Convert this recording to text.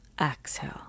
exhale